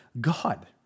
God